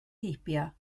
heibio